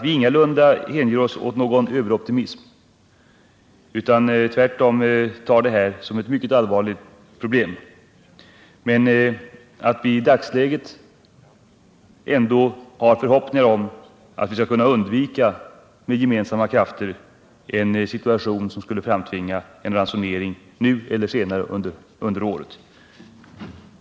Vi hänger oss ingalunda åt någon överoptimism utan tar tvärtom mycket allvarligt på problemet. Men i dagsläget har vi ändå förhoppningar om att vi — med gemensamma krafter — skall kunna undvika en situation som skulle framtvinga en ransonering.